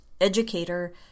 educator